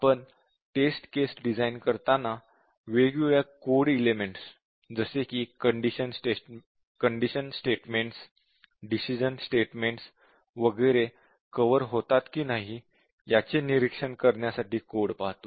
आपण test case design करताना वेगवेगळे कोड एलेमेंट्स जसे कि कंडिशन स्टेटमेंट्स डिसीजन स्टेटमेंट्स वगैरे कव्हर होतात कि नाही याचे निरीक्षण करण्यासाठी कोड पाहतो